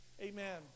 Amen